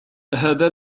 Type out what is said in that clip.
هذا